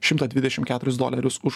šimtą dvidešim keturis dolerius už